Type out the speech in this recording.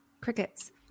Crickets